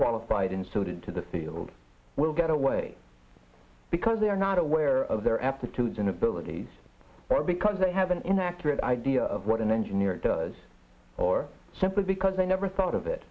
qualified unsuited to the field will get away because they are not aware of their aptitudes and abilities or because they have an inaccurate idea of what an engineer does or simply because they never thought of it